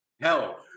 hell